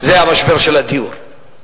זה המשבר של הדיור.